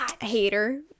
hater